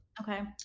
Okay